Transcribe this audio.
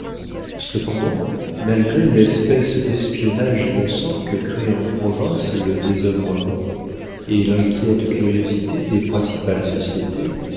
cependant malgré l'espèce d'espionnage innocent que créent en province le désœuvrement et l'inquiète curiosité des principales sociétés